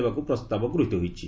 ଦେବାକୁ ପ୍ରସ୍ତାବ ଗୃହୀତ ହୋଇଛି